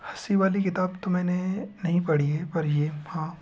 हँसी वाली किताब तो मैंने नहीं पढ़ी है पढ़ी है पर ये हाँ